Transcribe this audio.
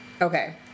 Okay